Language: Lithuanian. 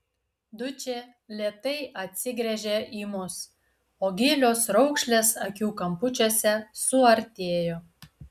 dučė lėtai atsigręžė į mus o gilios raukšlės akių kampučiuose suartėjo